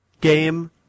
game